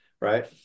right